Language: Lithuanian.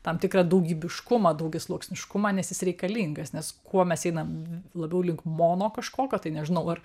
tam tikrą daugybiškumą daugiasluoksniškumą nes jis reikalingas nes kuo mes einam labiau link mono kažkokio tai nežinau ar